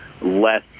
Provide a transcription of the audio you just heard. less